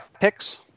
picks